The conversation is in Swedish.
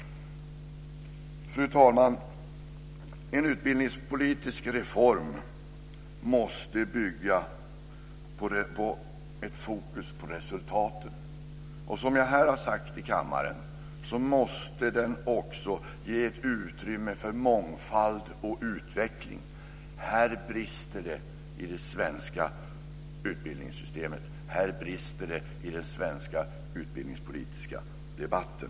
Fru talman! En utbildningspolitisk reform måste bygga på ett fokus på resultaten, och som jag sagt här i kammaren måste den också ge ett utrymme för mångfald och utveckling. Här brister det i det svenska utbildningssystemet. Här brister det i den svenska utbildningspolitiska debatten.